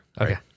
Okay